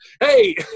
Hey